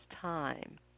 time